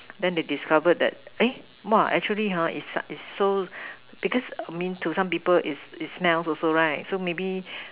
then they discovered that actually is is so because I mean to some people is is smell also right so maybe